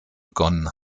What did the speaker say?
begonnen